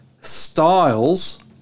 styles